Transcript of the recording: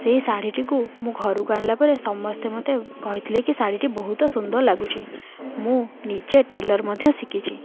ସେଇ ଶାଢ଼ୀଟିକୁ ମୁଁ ଘରକୁ ଆଣିଲା ପରେ ସମସ୍ତେ ମୋତେ କହିଥିଲେ କି ଶାଢ଼ୀ ଟି ବହୁତ ସୁନ୍ଦର ଲାଗୁଛି ମୁଁ ନିଜେ ଟେଲର ମଧ୍ୟ ଶିକିଛି